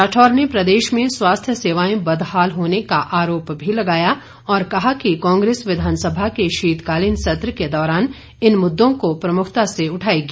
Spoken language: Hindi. राठौर ने प्रदेश में स्वास्थ्य सेवाएं बदहाल होने का आरोप भी लगाया और कहा कि कांग्रेस विधानसभा के शीतकालीन सत्र के दौरान इन मुद्दों को प्रमुखता से उठाएगी